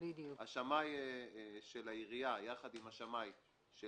השמאי של העירייה יחד עם השמאי של